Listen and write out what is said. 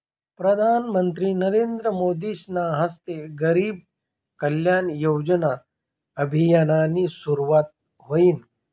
प्रधानमंत्री नरेंद्र मोदीसना हस्ते गरीब कल्याण योजना अभियाननी सुरुवात व्हयनी